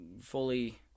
fully